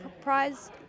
prize